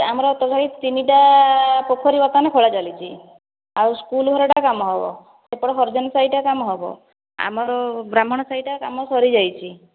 ଆମର ତଥାପି ତିନିଟା ପୋଖରୀ ବର୍ତ୍ତମାନ ଖୋଳା ଚାଲିଛି ଆଉ ସ୍କୁଲ ଘରଟା କାମ ହେବ ସେପଟେ ହରିଜନ ସାହିଟା କାମ ହେବ ଆମର ବ୍ରାହ୍ମଣ ସାହିଟା କାମ ସରି ଯାଇଛି